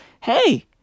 Hey